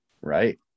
right